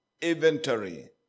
inventory